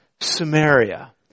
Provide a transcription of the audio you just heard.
Samaria